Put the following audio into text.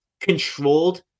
controlled